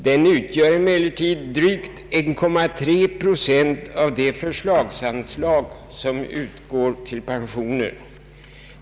Den utgör emellertid drygt 1,3 procent av det förslagsanslag som utgår till pensioner.